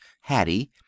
Hattie